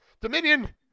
Dominion